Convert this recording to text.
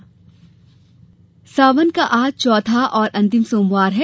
सावन सोमवार सावन का आज चौथा और अंतिम सोमवार है